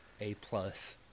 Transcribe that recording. A-plus